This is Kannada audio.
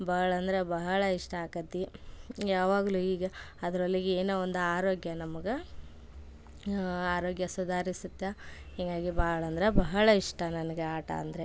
ಭಾಳ ಅಂದರೆ ಬಹಳ ಇಷ್ಟ ಆಕೈತಿ ಯಾವಾಗಲೂ ಈಗ ಅದ್ರೊಳಗೆ ಏನೋ ಒಂದು ಆರೋಗ್ಯ ನಮ್ಗೆ ಆರೋಗ್ಯ ಸುಧಾರಿಸತ್ತೆ ಹೀಗಾಗಿ ಭಾಳಂದ್ರೆ ಬಹಳ ಇಷ್ಟ ನನ್ಗೆ ಆಟ ಅಂದರೆ